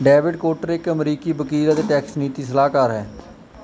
David Cotter ਇੱਕ ਅਮਰੀਕੀ ਵਕੀਲ ਅਤੇ ਟੈਕਸ ਨੀਤੀ ਸਲਾਹਕਾਰ ਹੈ